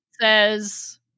says